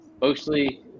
Mostly